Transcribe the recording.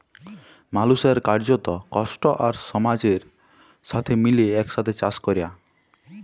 মালুসের কার্যত, কষ্ট আর সমাজের সাথে মিলে একসাথে চাস ক্যরা